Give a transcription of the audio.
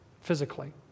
physically